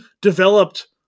developed